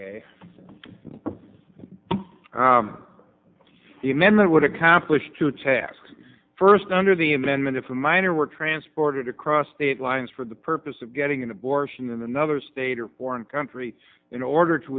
amendment would accomplish two tasks first under the amendment if a minor were transported across state lines for the purpose of getting an abortion in another state or foreign country in order to